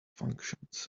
functions